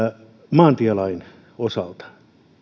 maantielain osalta